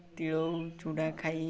ତିଳ ଓ ଚୁଡ଼ା ଖାଇ